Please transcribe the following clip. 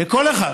וכל אחד